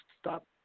stop